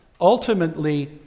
Ultimately